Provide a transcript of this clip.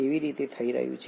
તે કેવી રીતે થઈ રહ્યું છે